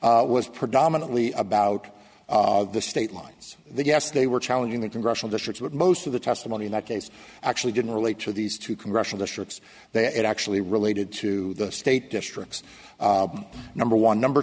lot was predominantly about the state lines that yes they were challenging the congressional district but most of the testimony in that case actually didn't relate to these two congressional districts that actually related to the state districts number one number